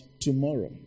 Tomorrow